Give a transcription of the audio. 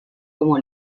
como